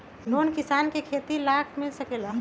Loan किसान के खेती लाख मिल सकील?